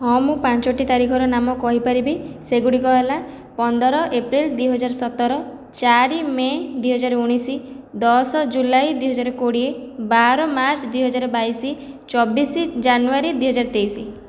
ହଁ ମୁଁ ପାଞ୍ଚଟି ତାରିଖର ନାମ କହିପାରିବି ସେଗୁଡ଼ିକ ହେଲା ପନ୍ଦର ଏପ୍ରିଲ ଦୁଇ ହଜାର ସତର ଚାରି ମେ ଦୁଇ ହଜାର ଉଣେଇଶ ଦଶ ଜୁଲାଇ ଦୁଇ ହଜାର କୋଡ଼ିଏ ବାର ମାର୍ଚ୍ଚ ଦୁଇ ହଜାର ବାଇଶ ଚବିଶ ଜାନୁୟାରୀ ଦୁଇ ହଜାର ତେଇଶ